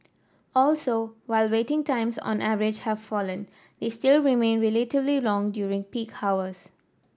also while waiting times on average have fallen they still remain relatively long during peak hours